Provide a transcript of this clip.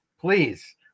please